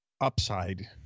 upside